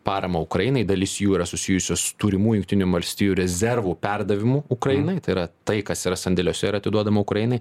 paramą ukrainai dalis jų yra susijusios turimų jungtinių valstijų rezervų perdavimu ukrainai tai yra tai kas yra sandėliuose yra atiduodama ukrainai